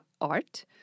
art